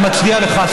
אני מצדיע לך,